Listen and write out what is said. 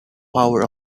power